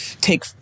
take